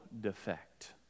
defect